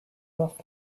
off